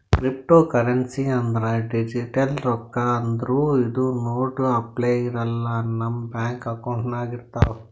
cryptocurrency ಅಂದ್ರ digital ರೊಕ್ಕಾ ಆದ್ರ್ ಇದು ನೋಟ್ ಅಪ್ಲೆ ಇರಲ್ಲ ನಮ್ ಬ್ಯಾಂಕ್ ಅಕೌಂಟ್ನಾಗ್ ಇರ್ತವ್